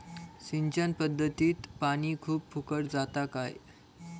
सिंचन पध्दतीत पानी खूप फुकट जाता काय?